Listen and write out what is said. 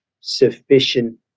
sufficient